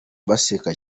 baseka